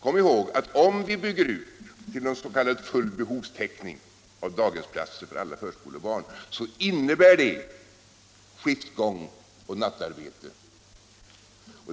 Kom ihåg att om vi bygger ut till s.k. full behovstäckning av daghemsplitser för alla förskolebarr:, innebär det skiftgång och nattarbete.